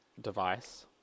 device